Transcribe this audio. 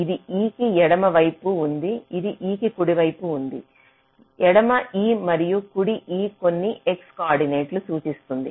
ఇది e కి ఎడమవైపు ఉంది ఇది e కి కుడివైపు ఎడమ e మరియు కుడి e కొన్ని x కోఆర్డినేట్లను సూచిస్తుంది